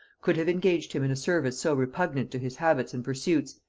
could have engaged him in a service so repugnant to his habits and pursuits,